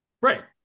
right